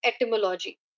etymology